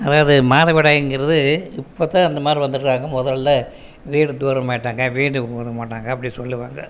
அதாவது மாதவிடாய்ங்கிறது இப்போ தான் அந்த மாதிரி வந்திருக்காங்க முதல்ல வீடு தூரமாயிட்டாங்க வீடுக்கு தூரமாயிட்டாங்க அப்படி சொல்லுவாங்க